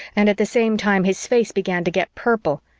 and at the same time his face began to get purple,